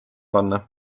panna